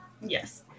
Yes